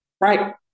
Right